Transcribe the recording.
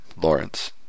Lawrence